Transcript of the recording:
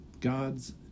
God's